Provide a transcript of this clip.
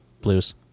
blues